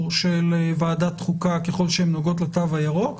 של ועדת חוקה ככל שהן נוגעות לתו הירוק,